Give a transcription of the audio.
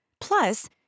Plus